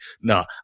no